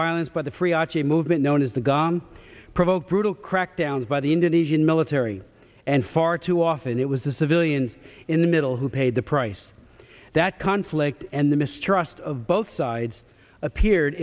violence by the free achi movement known as the gun provoked brutal crackdown by the indonesian military and far too often it was the civilians in the middle who paid the price that conflict and the mistrust of both sides appeared